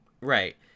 Right